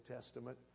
Testament